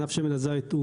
ענף שמן הזית,